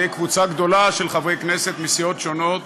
קבוצה גדולה של חברי כנסת מסיעות שונות.